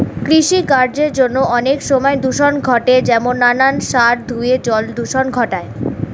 কৃষিকার্যের জন্য অনেক সময় দূষণ ঘটে যেমন নানান সার ধুয়ে জল দূষণ ঘটায়